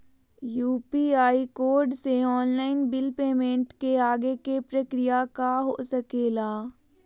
UPI code से online bill payment के आगे के प्रक्रिया का हो सके ला?